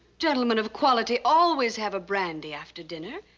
gentlemen of quality always have a brandy after dinner.